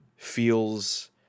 feels